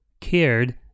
cared